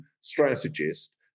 strategist